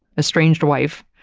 estranged wife,